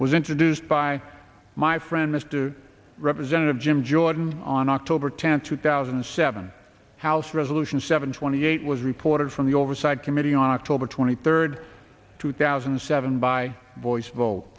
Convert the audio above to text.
was introduced by my friend mr representative jim jordan on october tenth two thousand and seven house resolution seven twenty eight was reported from the oversight committee on october twenty third two thousand in seven by voice vote